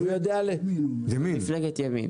מפלגת ימין.